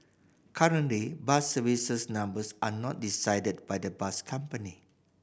currently bus service numbers are not decided by the bus company